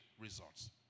results